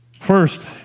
First